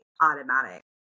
Automatic